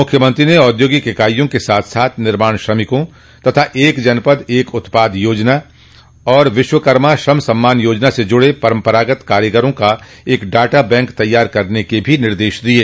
मुख्यमंत्री ने औद्योगिक इकाईयों के साथ साथ निर्माण श्रमिकों तथा एक जनपद एक उत्पाद योजना व विश्वकर्मा श्रम सम्मान याजना से जुड़े परम्परागत कामगारों का एक डाटा बैंक तैयार करने के भी निर्देश दिये